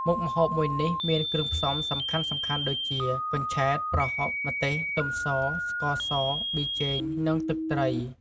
មុខម្ហូបមួយនេះមានគ្រឿងផ្សំសំខាន់ៗដូចជា កញ្ឆែត ប្រហុក ម្ទេស ខ្ទឹមស ស្ករស ប៊ីចេង និងទឹកត្រី។